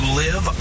live